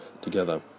together